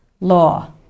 law